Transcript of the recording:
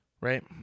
Right